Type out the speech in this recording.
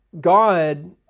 God